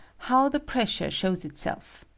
how the pressure shows itself.